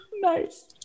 nice